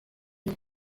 nom